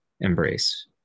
embrace